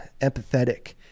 empathetic